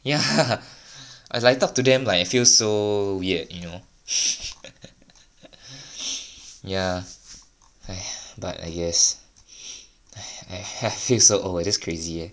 ya I like talk to them like you feel so weird you know ya !haiya! but I guess !haiya! I feel so old eh that's so crazy eh